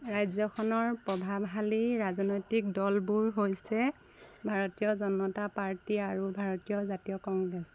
ৰাজ্যখনৰ প্ৰভাৱশালী ৰাজনৈতিক দলবোৰ হৈছে ভাৰতীয় জনতা পাৰ্টি আৰু ভাৰতীয় জাতীয় কংগ্ৰেছ